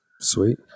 sweet